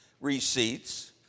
receipts